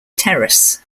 terrace